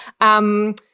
um-